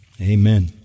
Amen